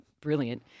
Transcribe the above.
brilliant